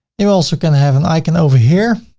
you also going to have an icon over here.